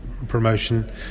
Promotion